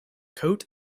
coat